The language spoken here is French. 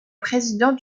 président